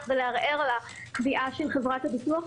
ולערער על הקביעה של חברת הביטוח,